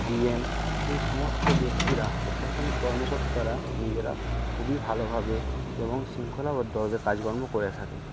DM এই সমস্ত ব্যক্তিরা প্রশাসনিক কর্মকর্তারা নিজেরা খুবই ভালোভাবে এবং শৃঙ্খলাবদ্ধভাবে কাজকর্ম করে থাকেন